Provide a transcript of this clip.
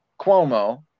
cuomo